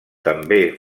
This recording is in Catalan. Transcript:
també